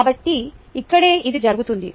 కాబట్టి ఇక్కడే ఇది జరుగుతోంది